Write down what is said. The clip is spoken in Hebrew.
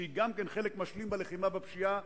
שגם היא חלק משלים בלחימה בפשיעה,